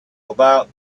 about